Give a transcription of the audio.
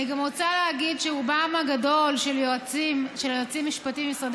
אני גם רוצה להגיד שרובם הגדול של היועצים המשפטיים במשרדי